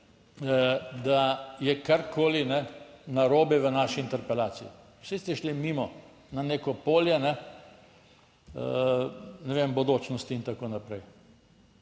da je karkoli narobe v naši interpelaciji, saj ste šli mimo na neko polje, ne vem, bodočnosti in tako naprej.